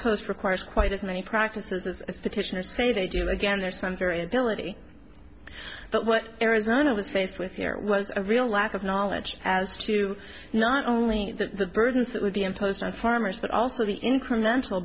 coast requires quite as many practices as petitioners say they do again there are some very ability but what arizona was faced with there was a real lack of knowledge as to not only the burdens that would be imposed on farmers but also the incremental